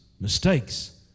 mistakes